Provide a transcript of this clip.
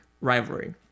rivalry